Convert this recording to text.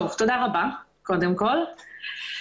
תודה רבה קודם כל.